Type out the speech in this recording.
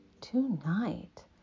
tonight